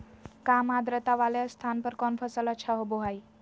काम आद्रता वाले स्थान पर कौन फसल अच्छा होबो हाई?